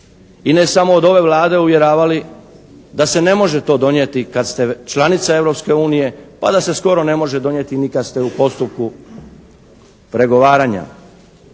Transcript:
i ne samo od ove Vlade uvjeravali da se ne može to donijeti kad ste članica Europske unije pa da se skoro ne može donijeti ni kad ste u postupku pregovaranja.